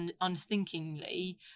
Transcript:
unthinkingly